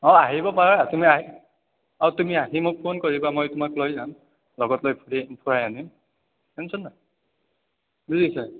অঁ আহিব পাৰা তুমি আহি অঁ তুমি আহি মোক ফোন কৰিবা মই তোমাক লৈ যাম লগত লৈ ফুৰি আহিম ফুৰাই আনিম টেনচন নাই বুজিছা